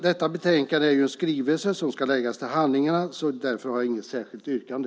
Detta betänkande är en skrivelse som ska läggas till handlingarna. Därför har jag inget särskilt yrkande.